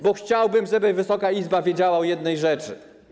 Bo chciałbym, żeby Wysoka Izba wiedziała o jednej rzeczy.